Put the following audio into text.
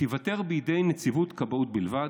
תיוותר בידי נציבות כבאות בלבד,